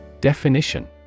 Definition